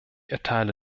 erteile